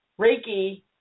Reiki